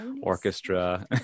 orchestra